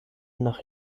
nach